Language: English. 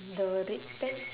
the red pants